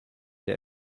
der